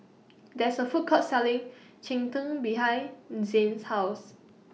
There IS A Food Court Selling Cheng Tng behind Zayne's House